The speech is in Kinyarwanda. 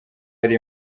hari